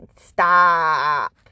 stop